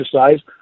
exercise